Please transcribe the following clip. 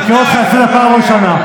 אני קורא אותך לסדר פעם ראשונה.